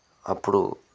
అప్పుడు